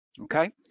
Okay